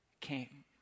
came